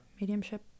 mediumship